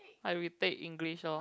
I retake English loh